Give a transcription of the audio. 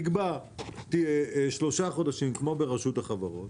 תקבע שלושה חודשים כמו ברשות החברות,